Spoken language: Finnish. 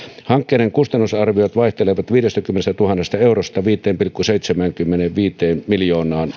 hankkeiden kustannusarviot vaihtelevat viidestäkymmenestätuhannesta eurosta viiteen pilkku seitsemäänkymmeneenviiteen miljoonaan